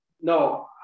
no